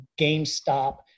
GameStop